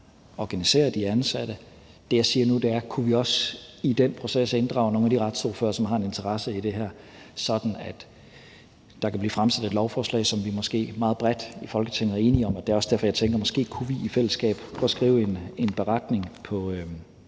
organiserer de ansatte. Det, jeg siger nu, er, om vi også i den proces kunne inddrage nogle af de retsordførere, som har en interesse i det her, sådan at der kan blive fremsat et lovforslag, som vi måske meget bredt i Folketinget er enige om. Det er også derfor, jeg tænker, at vi måske i fællesskab kunne prøve at skrive en beretning på